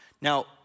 Now